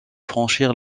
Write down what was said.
franchir